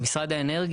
בשמחה.